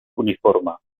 uniforme